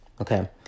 Okay